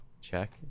Check